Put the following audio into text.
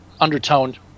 undertoned